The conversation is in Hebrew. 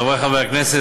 חברי חברי הכנסת,